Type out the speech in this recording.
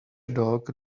dog